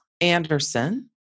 Anderson